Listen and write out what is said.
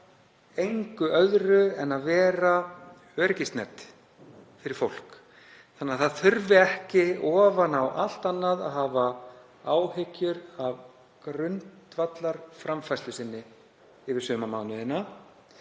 engu öðru en að vera öryggisnet fyrir fólk þannig að það þurfi ekki ofan á allt annað að hafa áhyggjur af grundvallarframfærslu sinni yfir sumarmánuðina,